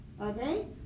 okay